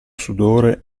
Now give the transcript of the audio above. sudore